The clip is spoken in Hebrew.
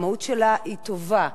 והמהות שלה היא טובה.